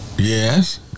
Yes